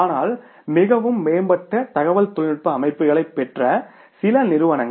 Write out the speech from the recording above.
ஆனால் மிகவும் மேம்பட்ட தகவல் தொழில்நுட்ப அமைப்புகளைப் பெற்ற சில நிறுவனங்கள்